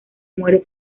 muere